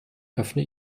öffne